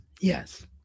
yes